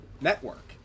network